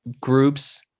groups